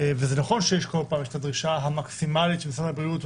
וזה נכון שיש בכל פעם את הדרישה המקסימלית של משרד הבריאות,